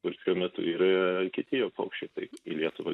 kur šiuo metu yra kiti jo paukščiai tai į lietuvą